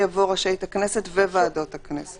יבוא:"רשאית הכנסת או אחת מועדות הכנסת".